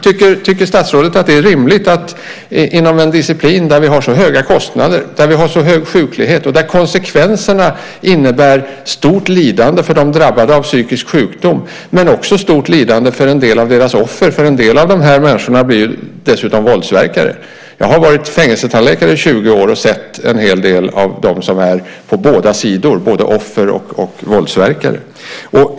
Tycker statsrådet att det är rimligt inom en disciplin där vi har höga kostnader, där vi har så hög sjuklighet och där konsekvenserna innebär stort lidande för de drabbade av psykisk sjukdom och också stort lidande för en del av deras offer? En del av de här människorna blir ju dessutom våldsverkare. Jag har varit fängelsetandläkare i 20 år och sett en hel del av människor på båda sidor, både offer och våldsverkare.